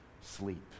sleep